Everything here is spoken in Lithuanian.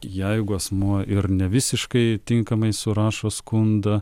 jeigu asmuo ir nevisiškai tinkamai surašo skundą